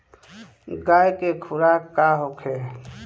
गाय के खुराक का होखे?